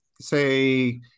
say